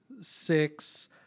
six